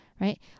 Right